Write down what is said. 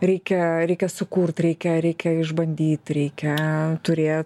reikia reikia sukurt reikia reikia išbandyt reikia turėt